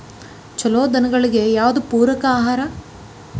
ಛಲೋ ದನಗಳಿಗೆ ಯಾವ್ದು ಪೂರಕ ಆಹಾರ?